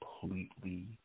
completely